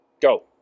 go